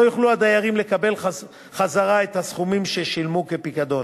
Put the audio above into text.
יוכלו הדיירים לקבל חזרה את הסכומים ששילמו כפיקדון.